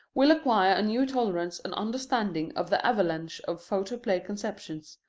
will acquire a new tolerance and understanding of the avalanche of photoplay conceptions,